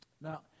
Now